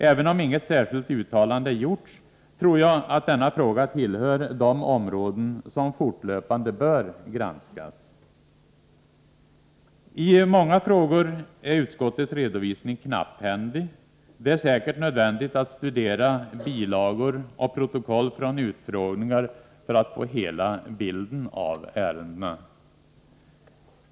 Även om inget särskilt uttalande gjorts, tror jag att denna fråga tillhör de områden som fortlöpande bör granskas. I många frågor är utskottets redovisning knapphändig. Det är säkert nödvändigt att studera bilagor och protokoll från utfrågningar för att få hela bilden av ärendena.